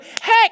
heck